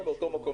כמובן